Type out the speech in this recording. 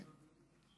13 שנה.